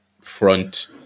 front